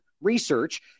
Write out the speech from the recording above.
Research